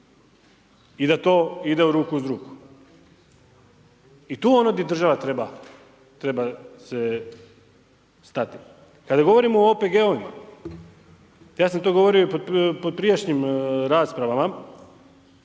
i da to ide u ruku s drugim. I to je ono di država treba se stati. Kada govorimo o OPG-ovima, ja sam to govorio i pod prijašnjim raspravama,